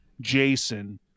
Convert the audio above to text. Jason